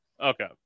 Okay